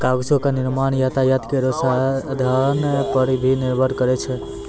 कागजो क निर्माण यातायात केरो साधन पर भी निर्भर करै छै